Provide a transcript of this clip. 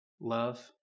Love